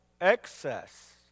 excess